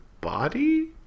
body